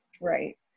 Right